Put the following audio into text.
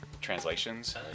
translations